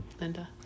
Linda